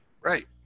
Right